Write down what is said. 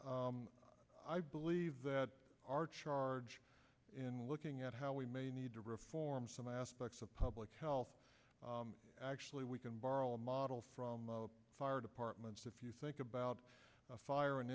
that i believe that our charge in looking at how we may need to reform some aspects of public health actually we can borrow a model from fire departments if you think about a fire an